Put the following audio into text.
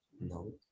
No